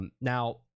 Now